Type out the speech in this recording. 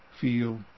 feel